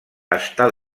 està